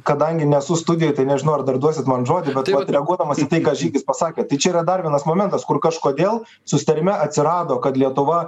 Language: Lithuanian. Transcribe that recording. kadangi nesu studijoj tai nežinau ar dar duosit man žodį bet vat reaguodamas į tai ką žygis pasakė tai čia yra dar vienas momentas kur kažkodėl susitarime atsirado kad lietuva